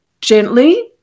gently